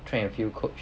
track and field coach